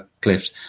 cliffs